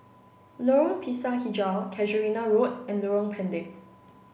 Lorong Pisang Hijau Casuarina Road and Lorong Pendek